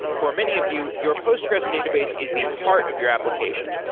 for many of you, your postgressql database is the heart of your application.